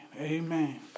Amen